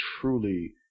truly